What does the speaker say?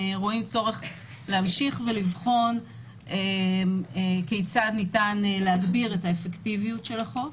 רואים צורך להמשיך ולבחון כיצד ניתן להגביר את האפקטיביות של החוק.